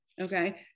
Okay